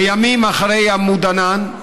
לימים, אחרי עמוד ענן,